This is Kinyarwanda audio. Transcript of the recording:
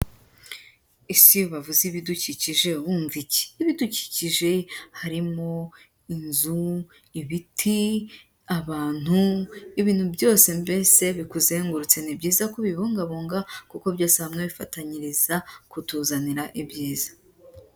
Ese iyo bavuze ibidukikije wumva iki? Ibidukikije harimo inzu, ibiti, abantu, ibintu byose mbese bikuzengurutse, ni byiza ko ubibungabunga kuko byose hamwe bifatanyiriza kutuzanira ibyiza.